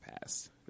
past